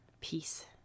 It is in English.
peace